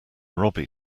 robbie